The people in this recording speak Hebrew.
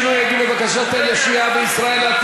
שינוי הגיל לבקשת היתר לשהייה בישראל),